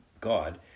God